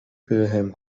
wilhelm